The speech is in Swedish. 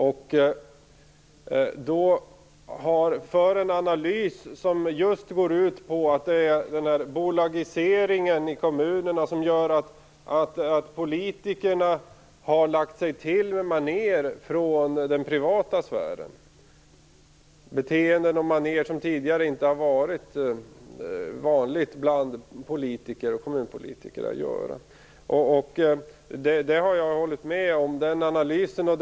Han gör då en analys som går ut på att bolagiseringen i kommunerna gör att politikerna har lagt sig till med manér från den privata sfären - beteenden och manér som tidigare inte har varit vanliga bland politiker och kommunpolitiker. Den analysen håller jag med om.